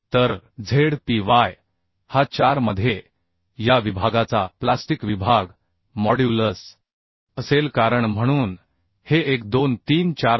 तर Z P Y हा 4 मध्ये या विभागाचा प्लास्टिक विभाग मॉड्यूलस असेल कारण म्हणून हे 1 2 3 4 आहे